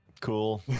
cool